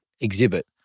exhibit